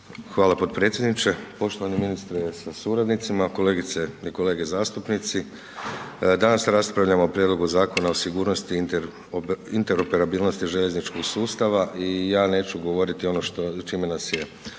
Hvala potpredsjedniče. Poštovani ministre sa suradnicima, kolegice i kolege zastupnici. Danas raspravljamo o Prijedlogu zakona o sigurnosti i interoperabilnosti željezničkog sustava i ja neću govoriti ono čime nas je